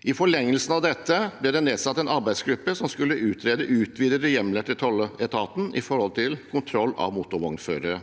I forlengelsen av dette ble det nedsatt en arbeidsgruppe som skulle utrede utvidede hjemler til tolletaten for kontroll av motorvognførere.